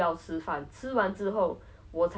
affected me then after that